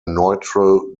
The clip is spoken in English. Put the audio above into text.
neutral